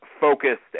focused